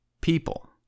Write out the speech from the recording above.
People